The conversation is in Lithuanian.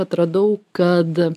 atradau kad